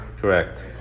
Correct